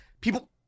People